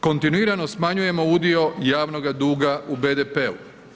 Kontinuirano smanjujemo udio javnoga duga u BDP-u.